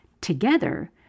Together